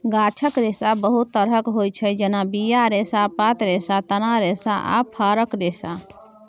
गाछक रेशा बहुत तरहक होइ छै जेना बीया रेशा, पात रेशा, तना रेशा आ फरक रेशा